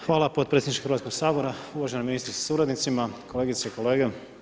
Hvala potpredsjedniče Hrvatskog sabora, uvažena ministrice sa suradnicima, kolegice i kolege.